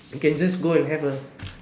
you can just go and have a